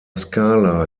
skala